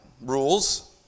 rules